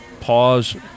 pause